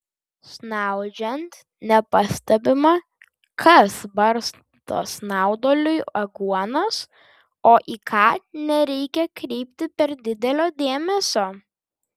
snaudžiant nepastebima kas barsto snauduliui aguonas o į ką nereikia kreipti per didelio dėmesio